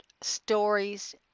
stories